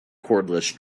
cordless